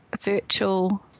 virtual